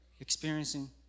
experiencing